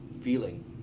feeling